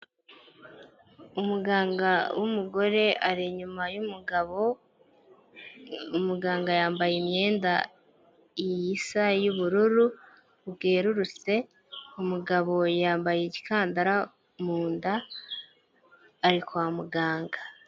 Umuganga w'umugore ari inyuma y'umugabo, umuganga yambaye imyenda iyisa y'ubururu bwerurutse umugabo yambaye igikandara mu nda, ari kwa muganga.